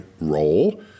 role